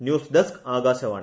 news desk Akashvani